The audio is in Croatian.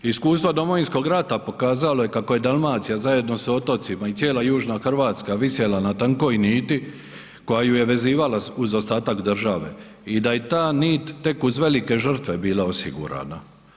Iskustva Domovinskog rata pokazalo je kako je Dalmacija zajedno sa otocima i cijela južna Hrvatska visjela na tankoj niti koja ju je vezivala uz ostatak države i da je ta nit tek uz velike žrtve bila osigurana.